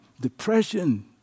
depression